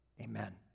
Amen